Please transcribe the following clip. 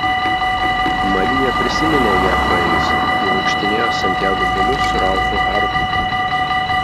marija prisiminė ją praėjusi kai vaikštinėjo santjago keliu su ralfu hartu